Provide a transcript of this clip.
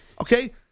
Okay